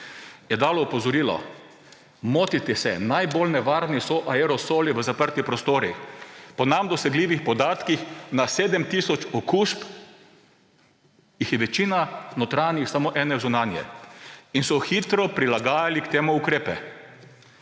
dalo opozorilo: Motite se, najbolj nevarni so aerosoli v zaprtih prostorih. Po nam dosegljivih podatkih na 7 tisoč okužb jih je večina notranjih, samo ena zunanjih. So hitro prilagajali k temu ukrepe.